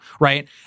right